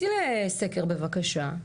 תצאי לסקר בבקשה,